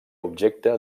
objecte